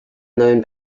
known